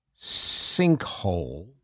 sinkhole